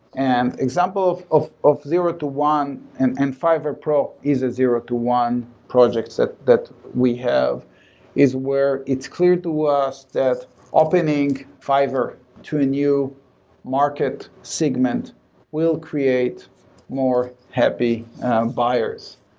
and example of of zero to one, and and fiverr pro is a zero to one project that that we have is where it's clear to us that opening fiverr to a new market segment will create more happy buyers.